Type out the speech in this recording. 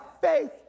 faith